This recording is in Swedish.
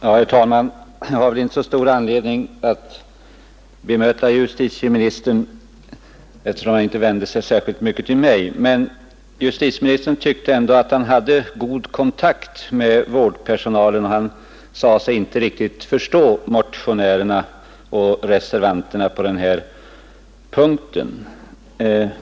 Herr talman! Jag har väl inte så stor anledning att bemöta justitieministern, eftersom han inte vände sig speciellt till mig. Justitieministern tyckte att han hade god kontakt med vårdpersonalen och sade sig inte riktigt förstå motionärerna och reservanterna på den här punkten.